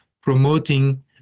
promoting